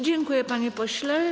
Dziękuję, panie pośle.